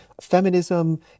feminism